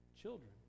Children